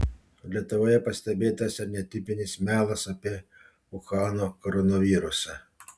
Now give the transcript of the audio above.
lietuvoje pastebėtas ir netipinis melas apie uhano koronavirusą